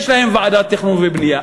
יש להם ועדת תכנון ובנייה.